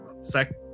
sec